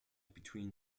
between